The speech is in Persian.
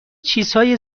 چیزهای